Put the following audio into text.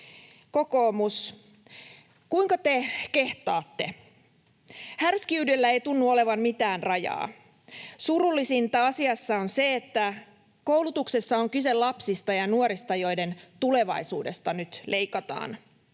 Kokoomus, kuinka te kehtaatte? Härskiydellä ei tunnu olevan mitään rajaa. Surullisinta asiassa on se, että koulutuksessa on kyse lapsista ja nuorista, joiden tulevaisuudesta nyt leikataan.